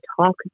talk